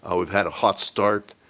ah we've had a hot start.